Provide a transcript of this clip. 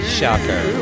Shocker